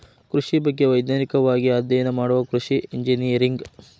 ಕೃಷಿ ಬಗ್ಗೆ ವೈಜ್ಞಾನಿಕವಾಗಿ ಅಧ್ಯಯನ ಮಾಡುದ ಕೃಷಿ ಇಂಜಿನಿಯರಿಂಗ್